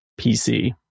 PC